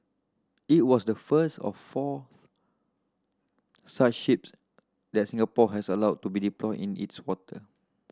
it was the first of four such ships that Singapore has allowed to be deployed in its water